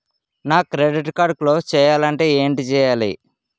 నా credit card close చేయాలంటే ఏంటి చేయాలి?